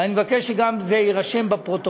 ואני מבקש שזה גם יירשם בפרוטוקול.